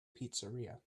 pizzeria